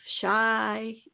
shy